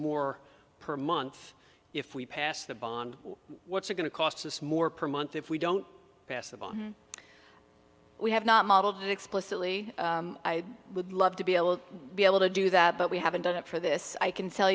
more per month if we pass the bond what's it going to cost us more per month if we don't passable we have not modeled it explicitly i would love to be able be able to do that but we haven't done it for this i can tell